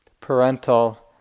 parental